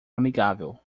amigável